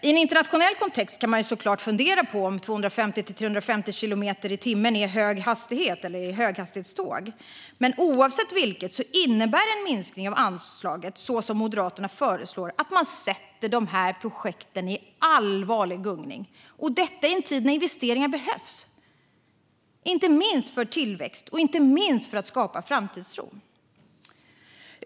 I en internationell kontext kan man naturligtvis fundera på om 250-350 kilometer i timmen är hög hastighet och om det verkligen är fråga om höghastighetståg. Men i vilket fall som helst innebär en minskning av anslaget, vilket Moderaterna alltså föreslår, att man sätter dessa projekt i gungning, och detta i en tid när investeringar behövs. Inte minst behövs de för tillväxt och för att skapa framtidstro.